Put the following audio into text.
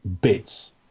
bits